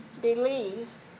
believes